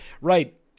Right